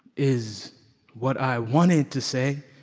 is what i wanted to say